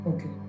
Okay